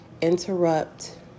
interrupt